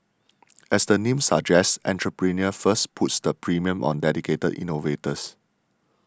as the name suggests Entrepreneur First puts the premium on dedicated innovators